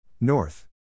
North